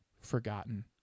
forgotten